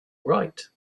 write